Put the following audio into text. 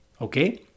Okay